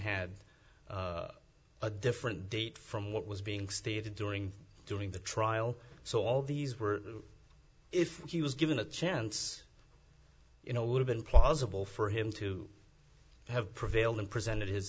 had a different date from what was being stated during during the trial so all these were if he was given a chance you know it would have been plausible for him to have prevailed and presented